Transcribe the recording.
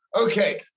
Okay